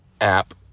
app